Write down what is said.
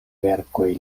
verkoj